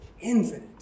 infinite